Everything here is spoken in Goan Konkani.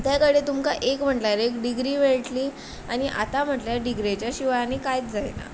ते कडेन तुमकां एक म्हणल्यार एक डिग्री मेळटली आनी आतां म्हणल्यार ड्रिगेच्या शिवाय कांयच जायना